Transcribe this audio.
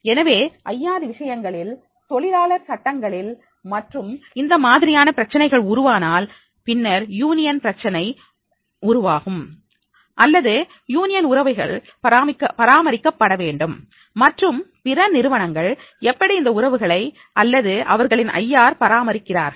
எனவே ஐஆர் விஷயங்களில் தொழிலாளர் சட்டங்களில் மற்றும் இந்த மாதிரியாக பிரச்சனைகள் உருவானால் பின்னர் யூனியன் பிரச்சனை உருவாகும் அல்லது யூனியன் உறவுகள் பராமரிக்கப்பட வேண்டும் மற்றும் பிற நிறுவனங்கள் எப்படி இந்த உறவுகளை அல்லது அவர்களின் ஐஆர் பராமரிக்கிறார்கள்